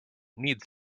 needs